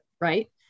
right